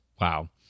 Wow